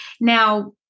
now